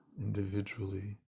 individually